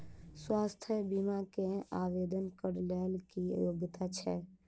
स्वास्थ्य बीमा केँ आवेदन कऽ लेल की योग्यता छै?